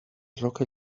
roca